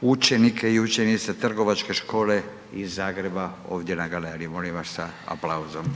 učenike i učenice Trgovačke škole iz Zagreba ovdje na galeriji, molim vas sa aplauzom.